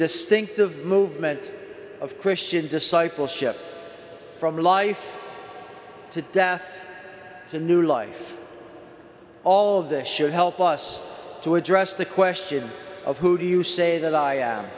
distinctive movement of christian discipleship from life to death to new life all of this should help us to address the question of who do you say that i